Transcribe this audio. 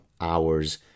hours